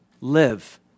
Live